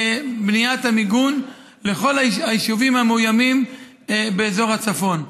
לבניית המיגון לכל היישובים המאוימים באזור הצפון.